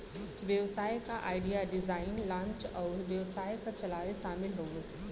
व्यवसाय क idea, design, launch अउर व्यवसाय क चलावे शामिल हउवे